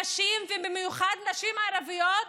הנשים, ובמיוחד נשים ערביות,